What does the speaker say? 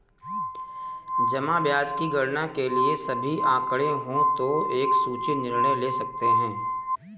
जमा ब्याज की गणना के लिए सभी आंकड़े हों तो एक सूचित निर्णय ले सकते हैं